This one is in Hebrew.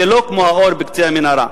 זה לא כמו האור בקצה המנהרה.